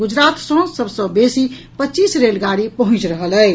गुजरात सँ सभ सँ बेसी पच्चीस रेलगाड़ी पहुंचि रहल अछि